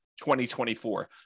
2024